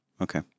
Okay